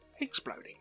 Exploding